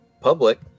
public